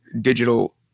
digital